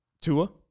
Tua